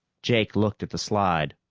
jake looked at the slide,